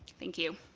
thank you.